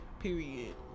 period